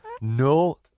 No